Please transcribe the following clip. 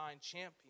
champion